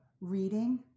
reading